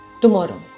Tomorrow